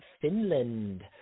Finland